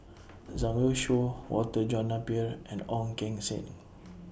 Zhang Youshuo Walter John Napier and Ong Keng Sen